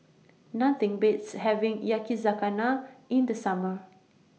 Nothing Beats having Yakizakana in The Summer